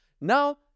Now